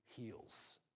heals